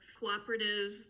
cooperative